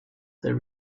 that